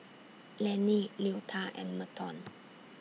Lennie Leota and Merton